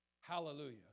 Hallelujah